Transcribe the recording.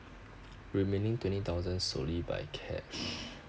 remaining twenty thousand solely by cash